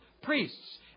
priests